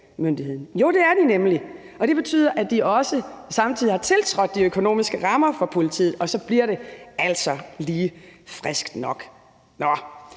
Jo, det er de nemlig, og det betyder, at de også samtidig har tiltrådt de økonomiske rammer for politiet, og så bliver det altså lige friskt nok. Nå,